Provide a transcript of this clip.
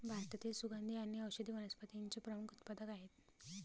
भारतातील सुगंधी आणि औषधी वनस्पतींचे प्रमुख उत्पादक आहेत